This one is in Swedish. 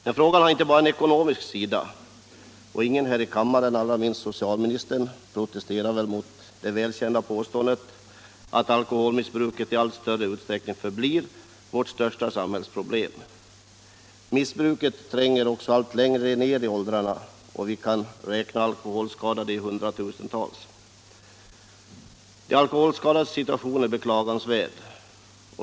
Men frågan har inte bara en ekonomisk sida. Ingen här i kammaren, allra minst socialministern, protesterar väl mot det välkända påståendet att alkoholmissbruket i allt större utsträckning blir vårt största samhällsproblem. Missbruket tränger också allt längre ned i åldrarna. Vi kan räkna de alkoholskadade i hundratusental. De alkoholskadades situation är beklagansvärd.